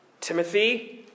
Timothy